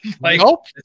Nope